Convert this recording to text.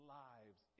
lives